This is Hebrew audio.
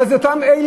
זה לא חוקי.